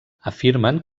afirmen